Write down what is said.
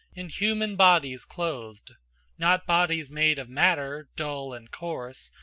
in human bodies clothed not bodies made of matter, dull and coarse,